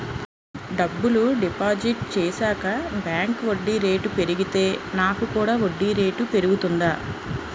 డబ్బులు డిపాజిట్ చేశాక బ్యాంక్ వడ్డీ రేటు పెరిగితే నాకు కూడా వడ్డీ రేటు పెరుగుతుందా?